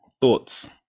thoughts